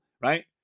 right